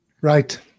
Right